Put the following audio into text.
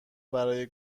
برای